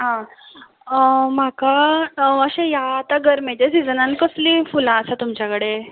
आं म्हाका अशें ह्या आतां गर्मेच्या सिझनांत कसलीं फुलां आसात तुमच्या कडेन